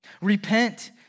Repent